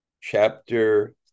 Chapter